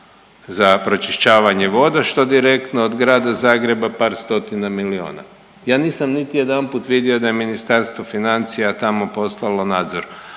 za pročišćavanje voda, što direktno od Grada Zagreba par stotina milijuna. Ja nisam niti jedanput vidio da je Ministarstvo financija tamo poslalo nadzor,